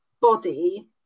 body